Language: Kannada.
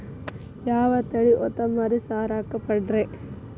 ಯಾವ ತಳಿ ಹೊತಮರಿ ಸಾಕಾಕ ಪಾಡ್ರೇ?